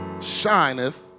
shineth